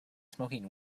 smoking